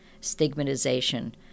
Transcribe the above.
stigmatization